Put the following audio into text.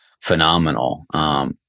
phenomenal